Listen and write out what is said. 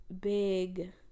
big